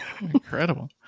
Incredible